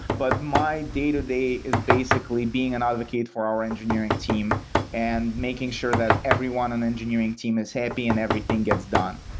but my day-to-day is basically being an advocate for our engineering team and making sure that everyone on the engineering team is happy and everything gets done.